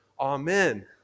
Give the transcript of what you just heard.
Amen